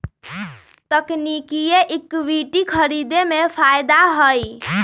तकनिकिये इक्विटी खरीदे में फायदा हए